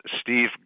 Steve